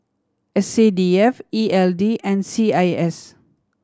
S C D F E L D and C I S